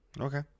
okay